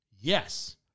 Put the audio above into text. Yes